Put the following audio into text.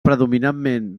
predominantment